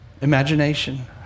imagination